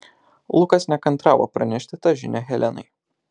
lukas nekantravo pranešti tą žinią helenai